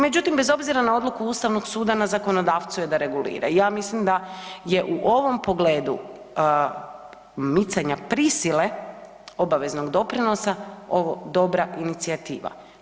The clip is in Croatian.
Međutim, bez obzira na odluku Ustavnog suda na zakonodavcu je da regulira i ja mislim da je u ovom pogledu micanja prisile obaveznog doprinosa ovo dobra inicijativa.